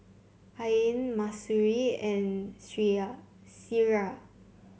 Ain Mahsuri and Syirah